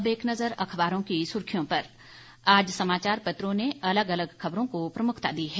अब एक नज़र अखबारों की सुर्खियों पर आज समाचार पत्रों ने अलग अलग खबरों को प्रमुखता दी है